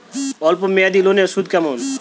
অল্প মেয়াদি লোনের সুদ কেমন?